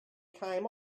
came